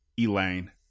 Elaine